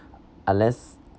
unless